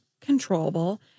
controllable